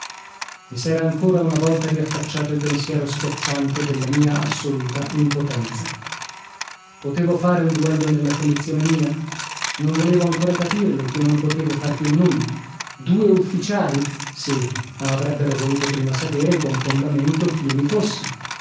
s era ancora una volta riaffacciato il pensiero schiacciante della mia assoluta impotenza potevo fare un duello nella condizione mia non volevo ancora capirlo chio non potevo far più nulla due ufficiali sì ma avrebbero voluto prima sapere e con fondamento chio mi fossi